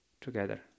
together